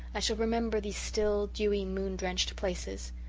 i shall remember these still, dewy, moon-drenched places.